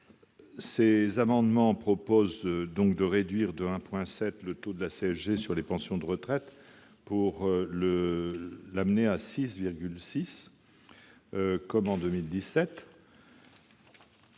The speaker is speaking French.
ces amendements proposent de réduire de 1,7 point le taux de la CSG sur les pensions de retraite pour l'amener à 6,6 %, soit